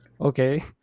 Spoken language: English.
okay